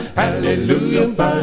hallelujah